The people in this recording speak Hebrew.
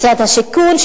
משרד השיכון,